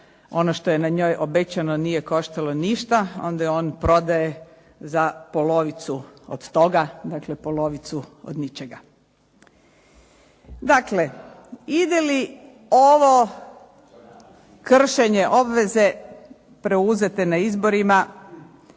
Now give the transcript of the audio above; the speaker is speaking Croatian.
ono što je na njoj obećano nije košta ništa, onda je on prodaje za polovicu od toga, dakle polovicu od ničega. Dakle, ide li ovo kršenje obveze preuzete na izborima